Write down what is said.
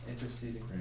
Interceding